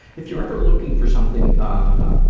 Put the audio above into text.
if you're ever looking for something ah,